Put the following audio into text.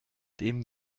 dem